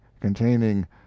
containing